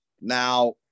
Now